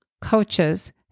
coaches